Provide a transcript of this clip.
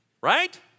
right